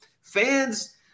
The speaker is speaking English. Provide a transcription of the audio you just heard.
Fans